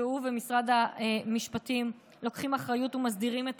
שהוא ומשרד המשפטים לוקחים אחריות ומסדירים את